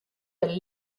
del